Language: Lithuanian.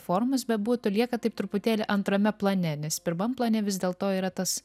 formos bebūtų lieka taip truputėlį antrame plane nes pirmam plane vis dėlto yra tas